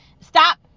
stop